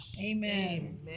Amen